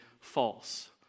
false